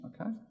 okay